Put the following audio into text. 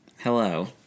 Hello